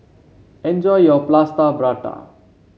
enjoy your Plaster Prata